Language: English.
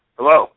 Hello